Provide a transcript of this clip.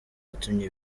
yatumye